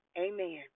amen